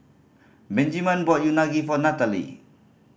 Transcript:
Benjiman brought Unagi for Nathaly